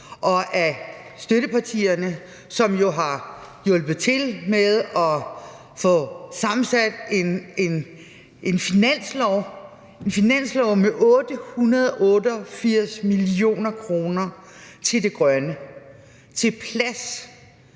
og af støttepartierne, som jo har hjulpet til med at få sammensat en finanslov med 888 mio. kr. til det grønne – til plads,